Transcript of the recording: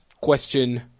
question